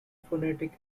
phonetic